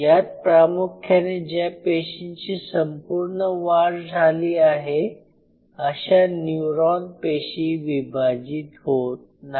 यात प्रामुख्याने ज्या पेशींची संपूर्ण वाढ झाली आहे अशा न्यूरॉन पेशी विभाजित होत नाही